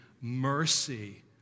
mercy